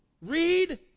read